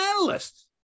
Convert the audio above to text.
analyst